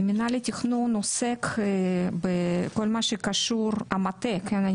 מנהל התכנון עוסק בכל מה שקשור, המטה כן?